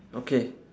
okay